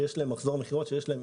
שיש להם השפעה גדולה,